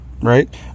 Right